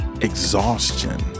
exhaustion